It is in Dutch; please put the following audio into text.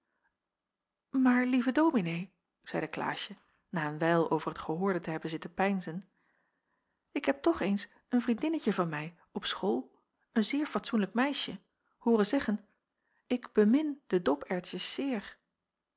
maar lieve dominee zeide klaasje na een wijl over het gehoorde te hebben zitten peinzen ik heb toch eens een vriendinnetje van mij op school een zeer fatsoenlijk meisje hooren zeggen ik bemin de doperwtjes zeer